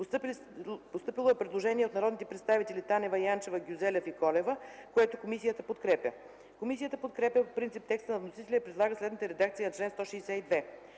Постъпило е предложение от народните представители Танева, Янчева, Гюзелев и Колева, което комисията подкрепя. Комисията подкрепя по принцип текста на вносителя и предлага следната редакция на чл. 162: